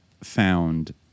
found